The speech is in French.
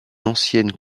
ancienne